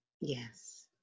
Yes